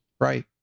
Right